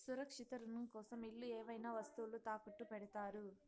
సురక్షిత రుణం కోసం ఇల్లు ఏవైనా వస్తువులు తాకట్టు పెడతారు